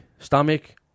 Stomach